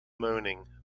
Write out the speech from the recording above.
moaning